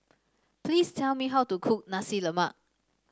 please tell me how to cook Nasi Lemak